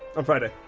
on friday.